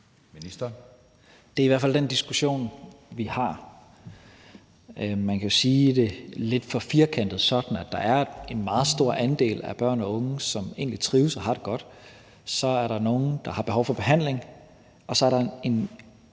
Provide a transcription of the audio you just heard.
Det er i hvert fald den diskussion, vi har. Man kan jo lidt for firkantet sige det sådan, at der er en meget stor andel af børn og unge, som egentlig trives og har det godt, at der er nogle, der har behov for behandling, og at der så